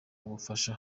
ubufasha